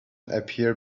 appear